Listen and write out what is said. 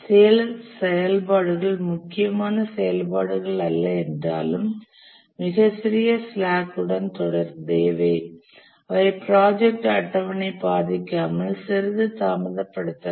சில செயல்பாடுகள் முக்கியமான செயல்பாடுகள் அல்ல என்றாலும் மிகச் சிறிய ஸ்லாக் உடன் தொடர்புடையவை அவை ப்ராஜெக்ட் அட்டவணையை பாதிக்காமல் சிறிது தாமதப்படுத்தலாம்